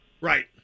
Right